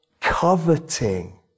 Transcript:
coveting